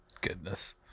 Goodness